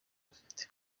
bafite